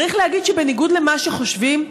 צריך להגיד שבניגוד למה שחושבים,